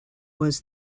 was